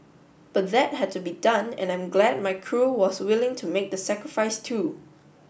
but that had to be done and I'm glad my crew was willing to make the sacrifice too